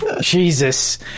Jesus